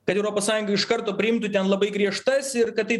kad europos sąjunga iš karto priimtų ten labai griežtas ir kad tai